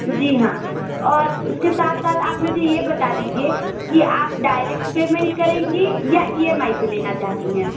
जी हाँ और उसके साथ साथ आप मुझे यह बता दीजिए कि आप डायरेक्ट पेमेंट करेंगी या ई एम आई पर लेना चाहती हैं